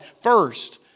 first